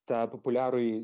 tą populiarųjį